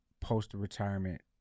post-retirement